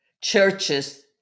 churches